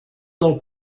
del